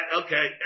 okay